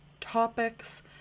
topics